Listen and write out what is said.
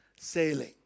sailing